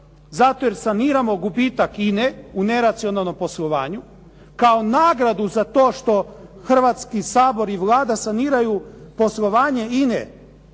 zato jer saniramo gubitak INA-e u neracionalnom poslovanju kao nagradu za to što Hrvatski sabor i Vlada saniraju poslovanje INA-e.